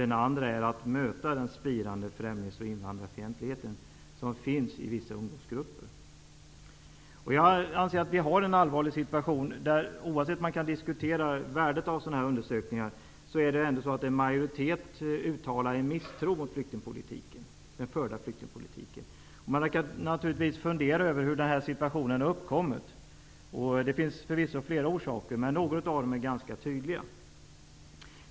Den andra uppgiften är att möta den spirande främlings och invandrarfientlighet som finns i vissa ungdomsgrupper. Situationen är allvarlig i dag. Bortsett från att man kan diskutera värdet av undersökningar, är det ändå så att en majoritet uttalar en misstro mot den förda flyktingpolitiken. Man kan naturligtvis fundera över hur denna situation har uppkommit, och då finner man förvisso flera orsaker. Några av dem är ganska tydliga.